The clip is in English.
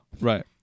Right